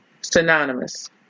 synonymous